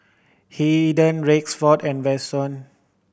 Haiden Rexford and Vashon